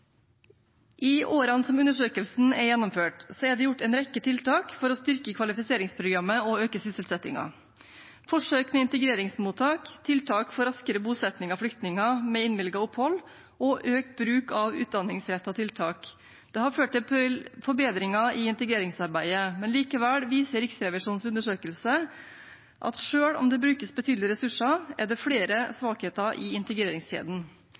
I årene undersøkelsen tar for seg, er det gjort en rekke tiltak for å styrke kvalifiseringsprogrammet og øke sysselsettingen. Forsøket med integreringsmottak, tiltak for raskere bosetting av flyktninger med innvilget opphold og økt bruk av utdanningsrettede tiltak har ført til forbedringer i integreringsarbeidet. Likevel viser Riksrevisjonens undersøkelse at selv om det brukes betydelige ressurser, er det flere svakheter i integreringskjeden.